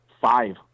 five